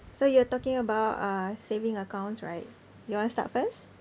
so you're talking about uh saving accounts right you want start first